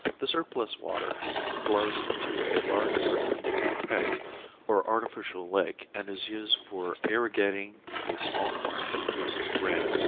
the surplus water flows into a large earthern tank or artificial lake and is used for irrigating a small farm that produces grain,